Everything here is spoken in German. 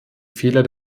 fehler